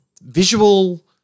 visual